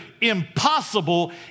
impossible